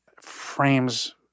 frames